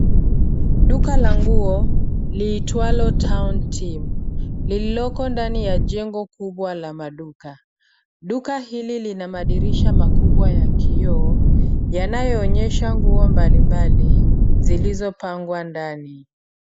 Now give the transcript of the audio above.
Duka la nguo liitwalo town team lililoko ndani ya jengo kubwa la maduka duka hili lina madirisha makubwa ya kioo yanayo onyesha nguo mbali mbali zilizo pangwa ndani.